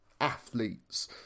athletes